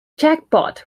jackpot